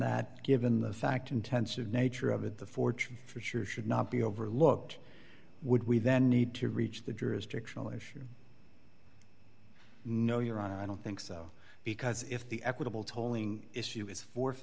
that given the fact intensive nature of it the fortune for sure should not be overlooked would we then need to reach the jurisdictional issue no your honor i don't think so because if the equitable tolling issue is for